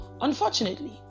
unfortunately